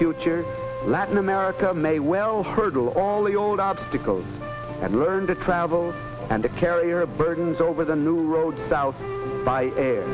future latin america may well hurtle all the old obstacles and learn to travel and to carry or burdens over the new road south by a